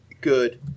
good